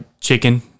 chicken